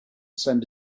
send